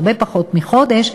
הרבה פחות מחודש,